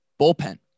bullpen